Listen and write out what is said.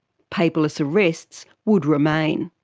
paperless arrests would remain.